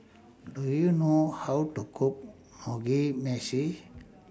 Do YOU know How to Cook Mugi Meshi